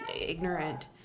ignorant